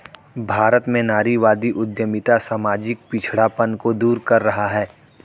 भारत में नारीवादी उद्यमिता सामाजिक पिछड़ापन को दूर कर रहा है